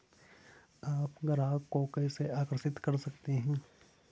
आप ग्राहकों को कैसे आकर्षित करते हैं?